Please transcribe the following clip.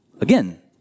again